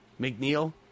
McNeil